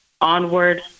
onward